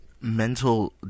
mental